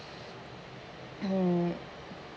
mm